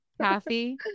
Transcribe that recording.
Kathy